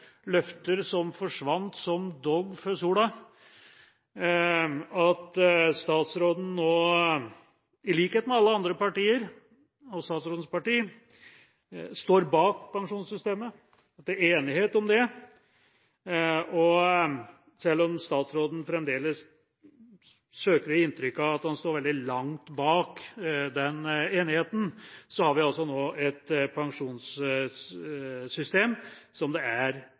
løfter som forsvant som dugg for sola. Når statsråden nå – i likhet med alle andre partier og statsrådens parti – står bak pensjonssystemet, når det er enighet om det, selv om statsråden fremdeles søker å gi inntrykk av at han står veldig langt bak den enigheten, har vi altså et pensjonssystem som det er